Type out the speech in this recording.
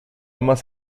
más